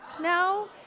No